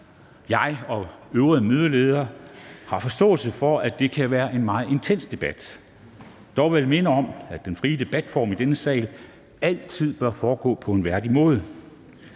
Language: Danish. Jeg og de øvrige mødeledere har forståelse for, at det kan være en meget intens debat. Dog vil jeg minde om, at den frie debat i denne sal altid bør foregå på en værdig måde.